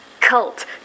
Cult